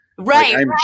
Right